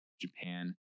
Japan